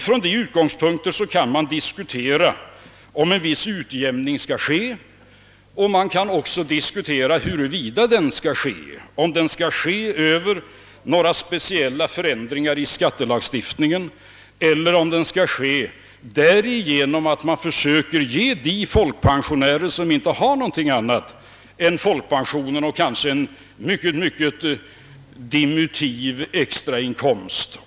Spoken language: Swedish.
Från den utgångspunkten kan man diskutera, om en viss utjämning bör ske och om den bör ske ge nom några speciella ändringar i skattelagstiftningen eller genom att man förstärker folkpensionen för de pensionärer som inte har någonting annat att leva på än folkpensionen och kanske en dimunitiv extrainkomst.